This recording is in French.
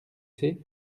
sais